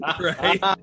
right